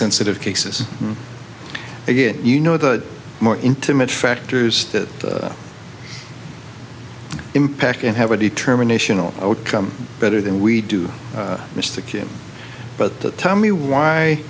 sensitive cases again you know the more intimate factors that impact and have a determination or outcome better than we do mr kim but that tell me why